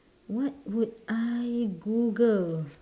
what would I google